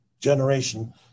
generation